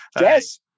Yes